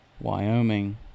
Wyoming